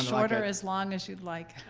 as short or as long as you'd like.